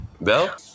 Bell